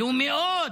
עלו מאוד,